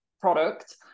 product